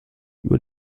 über